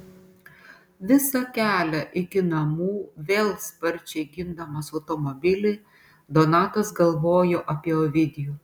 visą kelią iki namų vėl sparčiai gindamas automobilį donatas galvojo apie ovidijų